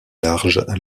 large